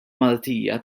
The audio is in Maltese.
maltija